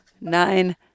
Nine